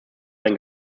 ein